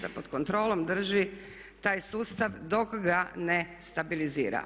Da pod kontrolom drži taj sustav dok ga ne stabilizira.